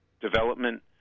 development